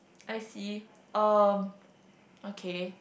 I see um okay